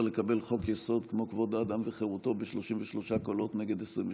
לקבל חוק-יסוד כמו כבוד האדם וחירותו ב-33 קולות נגד 22,